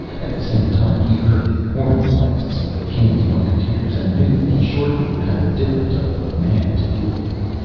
at the same time he heard the horn-blasts of the king's mucketeers and knew that he shortly would have a different type of man to deal with.